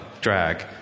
drag